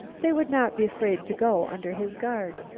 they would not be afraid to go under his guard.